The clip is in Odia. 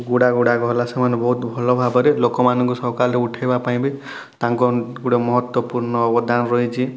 ଗୁଡ଼ାଗୁଡ଼ାକ ହେଲା ସେମାନେ ବହୁତ ଭଲ ଭାବରେ ଲୋକ ମାନଙ୍କୁ ସକାଲୁ ଉଠାଇବା ପାଇଁ ବି ତାଙ୍କର ଗୋଟେ ମହତ୍ଵପୁର୍ଣ ଅବଦାନ ରହିଛି